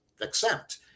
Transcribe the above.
accept